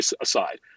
aside